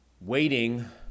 Waiting